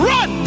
Run